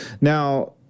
Now